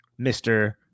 Mr